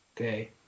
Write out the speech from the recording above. Okay